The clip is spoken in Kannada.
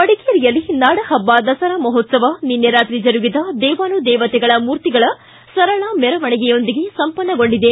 ಮಡಿಕೇರಿಯಲ್ಲಿ ನಾಡಹಬ್ಲ ದಸರಾ ಮಹೋತ್ತವ ನಿನ್ನೆ ರಾತ್ರಿ ಜರುಗಿದ ದೇವಾನುದೇವತೆಗಳ ಮೂರ್ತಿಗಳ ಸರಳ ಮೆರವಣಿಗೆಯೊಂದಿಗೆ ಸಂಪನ್ನಗೊಂಡಿದೆ